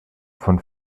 von